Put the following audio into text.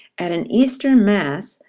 at an easter mass,